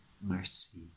mercy